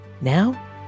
Now